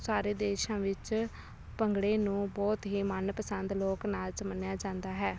ਸਾਰੇ ਦੇਸ਼ਾਂ ਵਿੱਚ ਭੰਗੜੇ ਨੂੰ ਬਹੁਤ ਹੀ ਮਨਪਸੰਦ ਲੋਕ ਨਾਚ ਮੰਨਿਆ ਜਾਂਦਾ ਹੈ